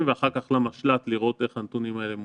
ואחר כך למשל"ט על מנת לראות איך הנתונים האלה מעובדים.